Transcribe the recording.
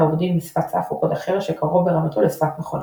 אלא עובדים עם שפת סף או קוד אחר שקרוב ברמתו לשפת מכונה.